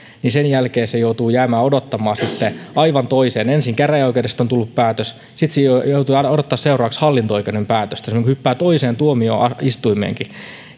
joutuu sen jälkeen jäämään odottamaan sitten aivan toista päätöstä ensin käräjäoikeudesta on tullut päätös sitten hän joutuu odottamaan seuraavaksi hallinto oikeuden päätöstä se hyppää toiseen tuomioistuimeenkin